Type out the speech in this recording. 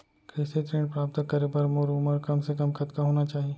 कृषि ऋण प्राप्त करे बर मोर उमर कम से कम कतका होना चाहि?